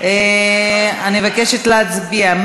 (תיקון מס' 7). אני מבקשת להצביע.